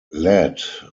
ladd